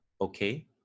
okay